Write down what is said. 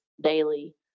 daily